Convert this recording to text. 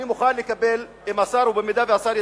אני מוכן לקבל, אם השר יסכים,